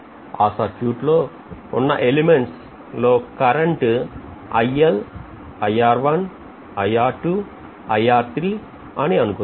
ఆ సర్క్యూట్ లో ఉన్న ఎలిమెంట్స్ లో current iL iR1 iR2 iR3 అని అనుకుందాం